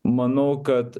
manau kad